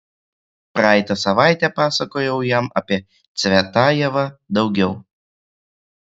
praeitą savaitę pasakojau jam apie cvetajevą daugiau